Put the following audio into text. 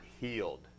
healed